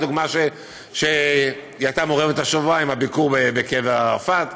הדוגמה שבה היא הייתה מעורבת השבוע עם הביקור בקבר ערפאת,